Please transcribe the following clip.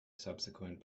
subsequent